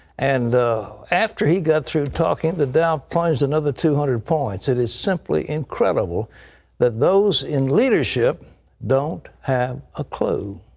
and after he got through talking the dow plunged another two hundred points. it is simply incredible that those in leadership don't have a clue.